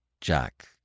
Jack